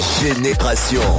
Génération